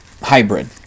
hybrid